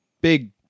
big